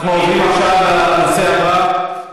אנחנו עוברים עכשיו לנושא הבא: